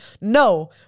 No